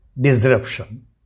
disruption